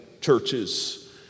churches